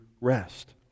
rest